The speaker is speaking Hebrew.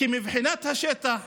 כי מבחינת השטח,